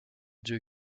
dieu